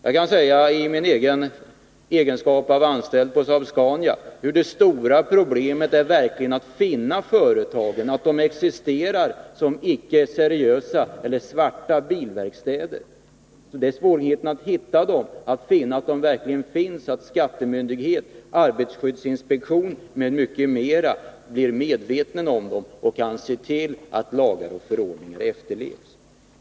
Jag kan tala om i min egenskap av anställd på Saab-Scania att det stora problemet är att verkligen finna de företag som icke är seriösa, s.k. svarta bilverkstäder. Det är svårt att visa att de verkligen existerar, så att skattemyndigheter, arbetarskyddsinspektion m.fl. blir medvetna om dem och kan se till att lagar och förordningar efterlevs.